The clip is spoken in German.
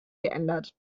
geändert